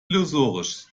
illusorisch